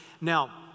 Now